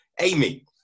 Amy